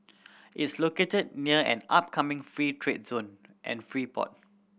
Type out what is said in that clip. is located near an upcoming free trade zone and free port